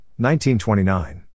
1929